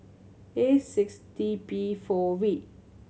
A six T P four V